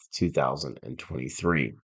2023